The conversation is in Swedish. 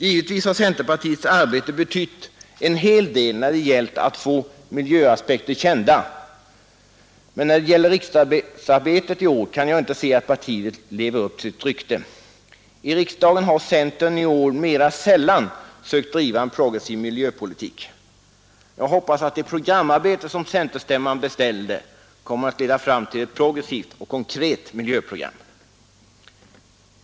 Givetvis har centerpartiets arbete betytt en hel del när det gällt att få miljöaspekter kända, men när det gäller riksdagsarbetet i år kan jag inte se att partiet lever upp till sitt rykte. I riksdagen har centern i år mera sällan försökt driva en progressiv miljöpolitik. Jag hoppas att det programarbete som centerstämman beställde kommer att leda fram till ett progressivt och konkret miljöprogram.